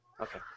okay